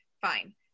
fine